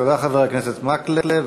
תודה לחבר הכנסת מקלב.